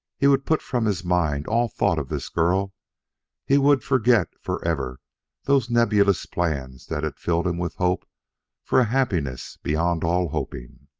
he would put from his mind all thought of this girl he would forget forever those nebulous plans that had filled him with hope for a happiness beyond all hoping.